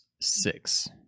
six